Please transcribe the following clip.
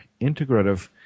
integrative